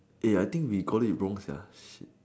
ya I think we called wrong sia shit